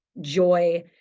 joy